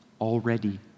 already